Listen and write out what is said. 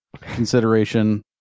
consideration